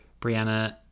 Brianna